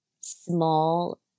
small